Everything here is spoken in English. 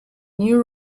new